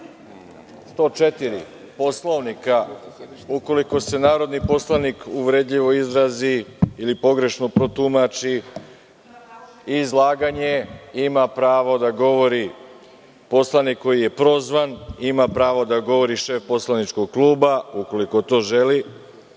104. Poslovnika ukoliko se narodni poslanik uvredljivo izrazi ili pogrešno protumači izlaganje ima pravo da govori poslanik koji je prozvan, ima pravo da govori šef poslaničkog kluba ukoliko to želi,